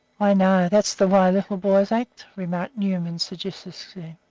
i know, that's the way little boys act, remarked newman, sagaciously.